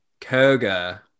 Koga